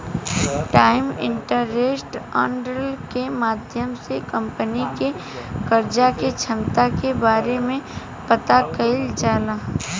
times interest earned के माध्यम से कंपनी के कर्जा के क्षमता के बारे में पता कईल जाला